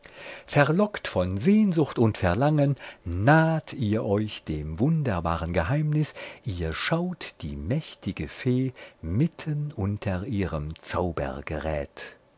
verlockt von sehn sucht und verlangen naht ihr euch dem wunderbaren geheimnis ihr schaut die mächtige fee mitten unter ihrem